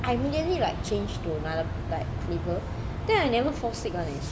I immediately like change to another like flavour then I never fall sick one eh